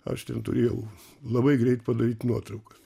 aš ten turėjau labai greit padaryt nuotraukas